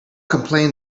complain